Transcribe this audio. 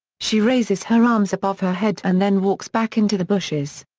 she raises her arms above her head and then walks back into the bushes.